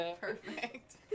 Perfect